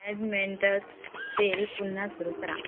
ॲडमेंटस तेल पुन्हा सुरू करा